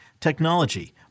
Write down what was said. technology